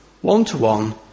one-to-one